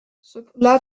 cela